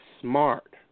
smart